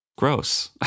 Gross